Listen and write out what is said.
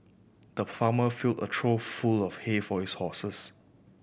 the farmer filled a trough full of hay for his horses